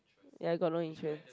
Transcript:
ya I got no insurance